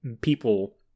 people